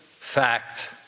Fact